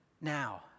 now